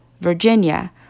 Virginia